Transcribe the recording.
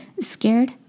scared